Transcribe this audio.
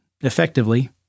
effectively